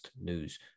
news